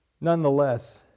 nonetheless